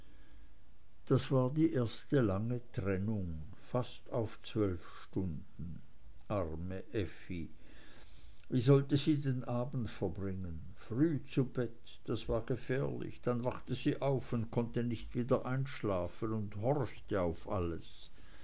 das war die erste lange trennung fast auf zwölf stunden arme effi wie sollte sie den abend verbringen früh zu bett das war gefährlich dann wachte sie auf und konnte nicht wieder einschlafen und horchte auf alles